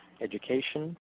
education